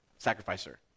Sacrificer